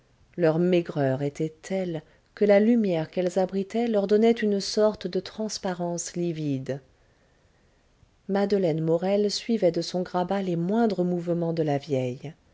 leur maigreur était telle que la lumière qu'elles abritaient leur donnait une sorte de transparence livide madeleine morel suivait de son grabat les moindres mouvements de la vieille